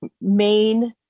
main